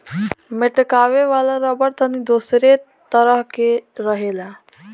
मेटकावे वाला रबड़ तनी दोसरे तरह के रहेला